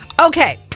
okay